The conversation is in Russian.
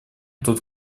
тут